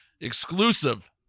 exclusive